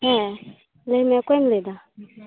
ᱦᱮᱸ ᱞᱟ ᱭᱢᱮ ᱚᱠᱚᱭᱮᱢ ᱞᱟ ᱭᱮᱫᱟ